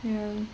ya